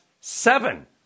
seven